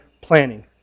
planning